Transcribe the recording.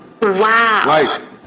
Wow